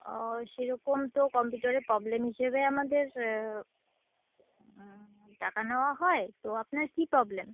ও সেরকম তো কম্পিউটারের প্রবলেম হিসেবে আমাদের টাকা নেওয়া হয় তো আপনার কী প্রবলেম